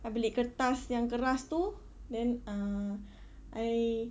I beli kertas yang keras tu then uh I